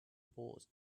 bought